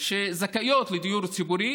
שזכאיות לדיור ציבורי